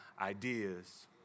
ideas